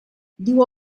diu